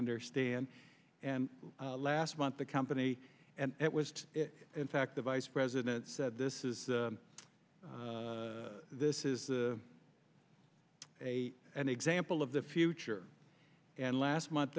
understand and last month the company and it was in fact the vice president said this is this is the a an example of the future and last month